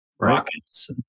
rockets